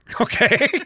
Okay